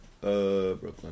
Brooklyn